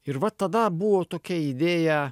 ir va tada buvo tokia idėja